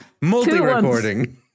Multi-recording